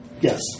Yes